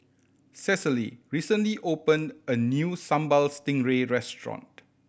Cecily recently opened a new Sambal Stingray restaurant